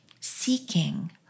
seeking